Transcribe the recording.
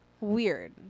Weird